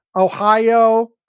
Ohio